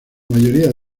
mayoría